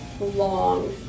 long